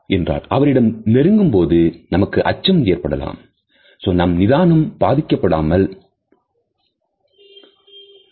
இல்லை என்றால் அவரிடம் நெருங்கும் போது நமக்கு அச்சம் ஏற்படலாம் நம் நிதானம் பாதிக்கப்படலாம்